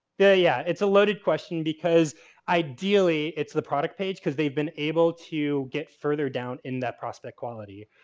yeah. yeah, it's a loaded question because ideally it's the product page because they've been able to get further down in that prospect quality.